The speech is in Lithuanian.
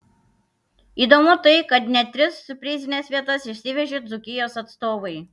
įdomu tai kad net tris prizines vietas išsivežė dzūkijos atstovai